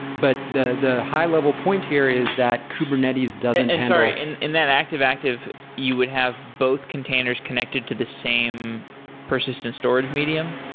but the the high-level point here is that kubernetes doesn't handle sorry. and in that active-active, you would have both containers connected to the same persistent storage medium?